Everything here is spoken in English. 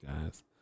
guys